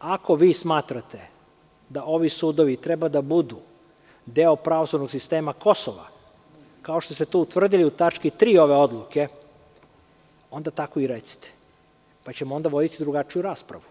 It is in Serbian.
Ako vi smatrate da ovi sudovi treba da budu deo pravosudnog sistema Kosova, kao što ste to utvrdili u tački 3. ove odluke, onda tako i recite, pa ćemo onda voditi drugačiju raspravu,